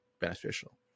beneficial